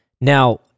Now